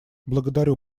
благодарю